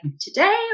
today